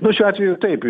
nu šiuo atveju taip